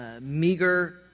meager